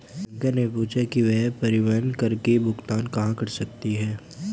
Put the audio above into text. प्रियंका ने पूछा कि वह परिवहन कर की भुगतान कहाँ कर सकती है?